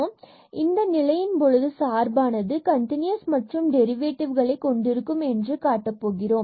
நாம் இந்த நிலையின் பொழுது சார்பானது கண்டினுயஸ் மற்றும் டெரிவேட்டிவ்களை கொண்டிருக்கும் என்று காட்டப் போகிறோம்